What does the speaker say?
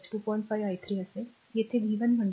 5 i 3 असेल येथे v 1 म्हणजे 2